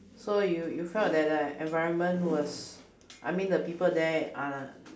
so you you felt that like environment was I mean the people there are